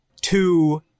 two